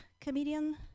comedian